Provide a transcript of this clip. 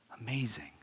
Amazing